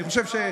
ביותר.